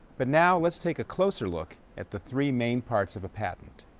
but now, let's take a closer look at the three main parts of a patent.